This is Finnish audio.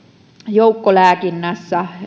joukkolääkinnässä